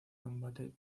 combate